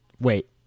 Wait